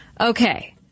Okay